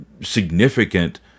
significant